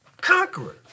conqueror